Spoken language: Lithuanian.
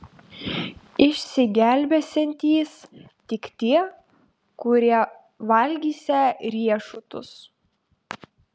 išsigelbėsiantys tik tie kurie valgysią riešutus